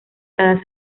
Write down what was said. cada